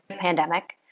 pandemic